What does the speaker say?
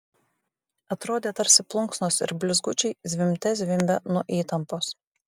atrodė tarsi plunksnos ir blizgučiai zvimbte zvimbia nuo įtampos